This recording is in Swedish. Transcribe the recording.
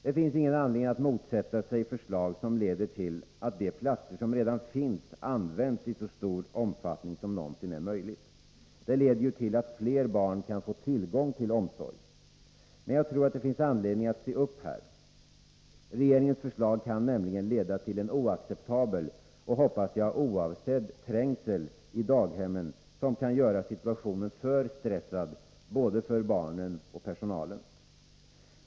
Det finns ingen anledning att motsätta sig förslag som leder till att de platser som redan finns används i så stor omfattning som någonsin är möjligt. Det leder ju till att fler barn kan få tillgång till omsorg. Men jag tror att det finns anledning att se upp här. Regeringens förslag kan nämligen leda till en oacceptabel — och, hoppas jag, oavsedd — trängsel i daghemmen som kan göra situationen för stressad både för barnen och för personalen.